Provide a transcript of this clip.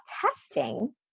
testing